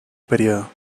período